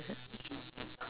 ya lor